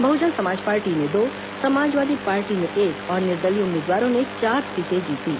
बहुजन Samaj Party ने दो Samajwadi Party ने एक और निर्दलीय उम्मीदवारों ने चार सीटें जीतीं